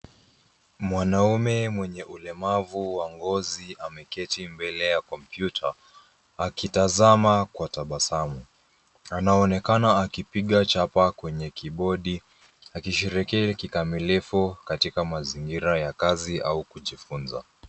Mwanaume mwenye ulemavu wa ngozi ameketi mbele ya kompyuta, akitazama kwa tabasamu. Anaonekana akipiga chapa kwenye kibodi akisherehekea kikamilifu katika mazingira ya kazi au kujifunza.